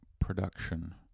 production